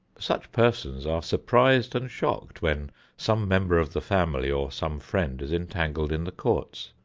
such persons are surprised and shocked when some member of the family or some friend is entangled in the courts,